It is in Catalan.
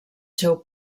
seu